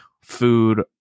food